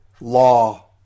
law